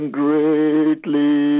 greatly